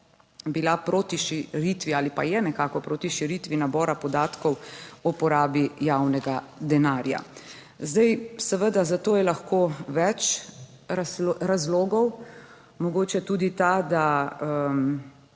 bila proti širitvi ali pa je nekako proti širitvi nabora podatkov o porabi javnega denarja. Zdaj, seveda za to je lahko več razlogov, mogoče tudi ta, da